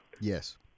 Yes